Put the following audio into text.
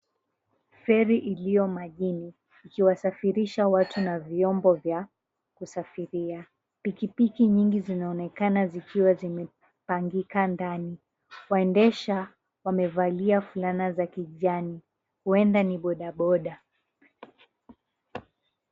Feri ilyo majini, ikiwasafirisha watu na vyombo vya kusafiria. Pikipiki nyingi zinaonekana zikiwa zimepangika ndani. Waendesha wamevalia fulana za kijani, huenda ni bodaboda.